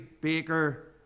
Baker